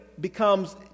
becomes